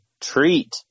treat